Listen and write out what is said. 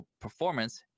performance